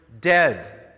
dead